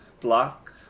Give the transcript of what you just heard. Block